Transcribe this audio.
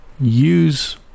use